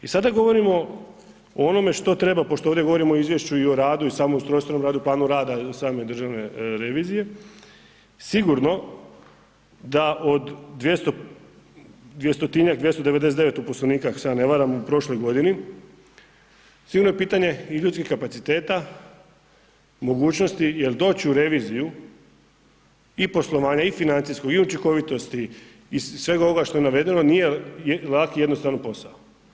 I sada govorimo o onome što treba, pošto ovdje govorimo o izvješću i o radu i samom ustrojstvenom radu, planu rada same državne revizije sigurno da od 200-tinjak, 299 u poslovniku ako se ja ne varam u prošloj godini, sigurno je pitanje i ljudskih kapaciteta, mogućnosti jer doći u reviziju i poslovanja i financijskog i učinkovitosti i svega ovoga što je navedeno nije lak i jednostavan posao.